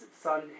son